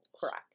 Correct